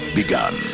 begun